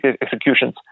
executions